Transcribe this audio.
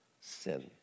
sin